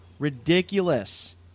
Ridiculous